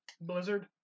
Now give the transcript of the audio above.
Blizzard